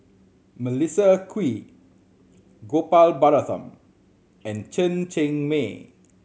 Melissa Kwee Gopal Baratham and Chen Cheng Mei